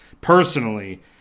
personally